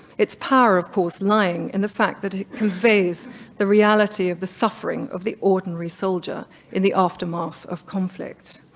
its power, of course, lying in the fact that it conveys the reality of the suffering of the ordinary soldier in the aftermath of conflict.